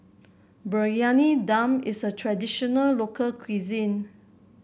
Briyani Dum is a traditional local cuisine